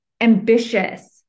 ambitious